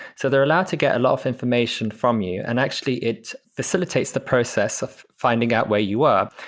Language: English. so they're allowed to get a lot of information from you. and actually, it facilitates the process of finding out where you are.